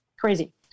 crazy